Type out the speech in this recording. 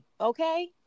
Okay